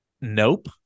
Nope